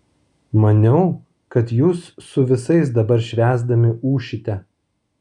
maniau kad jūs su visais dabar švęsdami ūšite